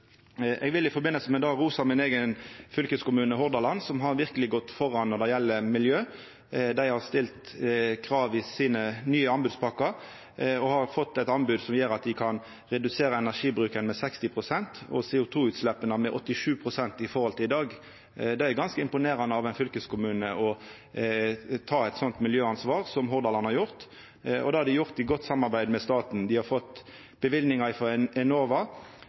tilbod. Eg vil i forbindelse med det rosa min eigen fylkeskommune Hordaland som verkeleg har gått føre når det gjeld miljø. Dei har stilt krav i dei nye anbodspakkane sine og har fått eit anbod som gjer at dei kan redusera energibruken med 60 pst. og CO 2 -utsleppa med 87 pst. i forhold til i dag. Det er ganske imponerande av ein fylkeskommune å ta eit sånt miljøansvar som Hordaland har gjort. Det har dei gjort i godt samarbeid med staten. Dei har fått løyvingar frå Enova.